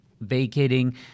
vacating